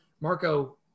Marco